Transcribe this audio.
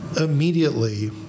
immediately